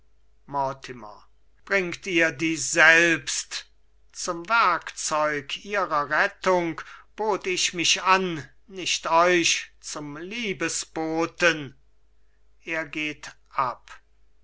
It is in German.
bringt ihr die selbst zum werkzeug ihrer rettung bot ich mich an nicht euch zum liebesboten er geht ab